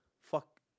fuck